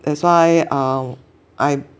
that's why um I